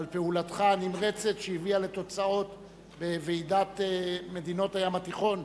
על פעולתך הנמרצת שהביאה לתוצאות בוועידת מדינות הים התיכון,